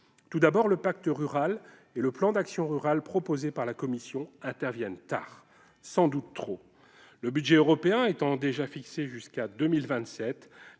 Tout d'abord, le pacte rural et le plan d'action rural proposés par la Commission interviennent tard, sans doute trop tard. Le budget européen étant déjà fixé jusqu'à 2027,